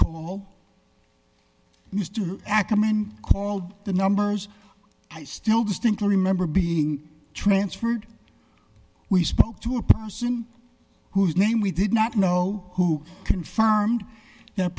call mr ackerman called the numbers i still distinctly remember being transferred we spoke to a person whose name we did not know who confirmed that